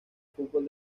fútbol